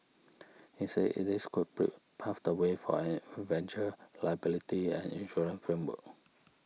he said it is could pray pave the way for an eventual liability and insurance framework